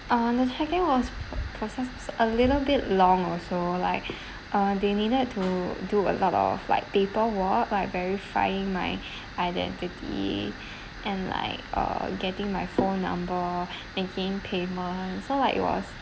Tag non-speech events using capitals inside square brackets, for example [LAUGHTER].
uh the check in was processed a little bit long also like uh they needed to do a lot of like paper work like verifying my [BREATH] identity and like uh getting my phone number making payment so like it was